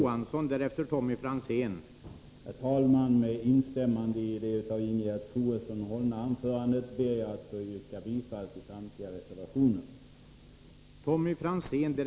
Herr talman! Med instämmande i det av Ingegerd Troedsson hållna anförandet ber jag att få yrka bifall till samtliga reservationer.